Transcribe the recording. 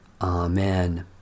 Amen